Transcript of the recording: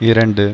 இரண்டு